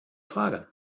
frage